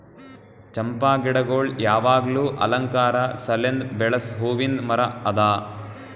ಚಂಪಾ ಗಿಡಗೊಳ್ ಯಾವಾಗ್ಲೂ ಅಲಂಕಾರ ಸಲೆಂದ್ ಬೆಳಸ್ ಹೂವಿಂದ್ ಮರ ಅದಾ